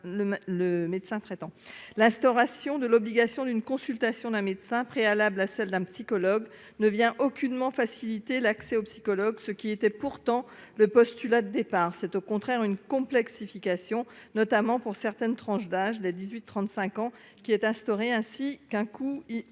l'instauration de l'obligation d'une consultation d'un médecin préalable à celle d'un psychologue ne vient aucunement faciliter l'accès aux psychologues, ce qui était pourtant le postulat de départ, c'est au contraire une complexification notamment pour certaines tranches d'âge des 18 35 ans qui est instauré, ainsi qu'un coup, il induit